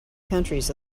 countries